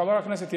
חבר הכנסת,